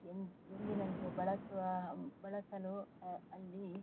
ಎನ ಎಂದಿನಂತೆ ಬಳಸುವ ಬಳಸಲು ಅಲ್ಲಿ